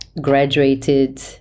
graduated